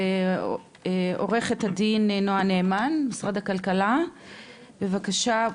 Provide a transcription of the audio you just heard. לעו"ד נועה נאמן ממשרד הכלכלה, בבקשה.